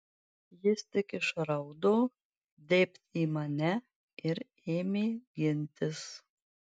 jis tik išraudo dėbt į mane ir ėmė gintis